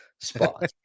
spot